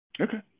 okay